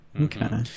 Okay